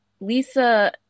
Lisa